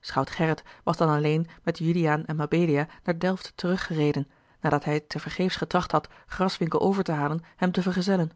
schout gerrit was dan alleen met juliaan en mabelia naar delft teruggereden nadat hij tevergeefs getracht had graswinckel over te halen hem te vergezellen